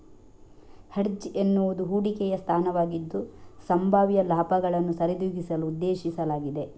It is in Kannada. ಹೆಡ್ಜ್ ಎನ್ನುವುದು ಹೂಡಿಕೆಯ ಸ್ಥಾನವಾಗಿದ್ದು, ಸಂಭಾವ್ಯ ಲಾಭಗಳನ್ನು ಸರಿದೂಗಿಸಲು ಉದ್ದೇಶಿಸಲಾಗಿದೆ